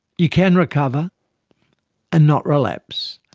you can recover and not relapse,